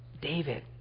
David